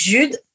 Jude